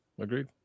Agreed